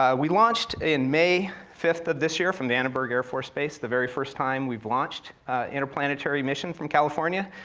um we launched in may, fifth of this year, from the vandenberg air force base, the very first time we've launched inter-planetary mission from california.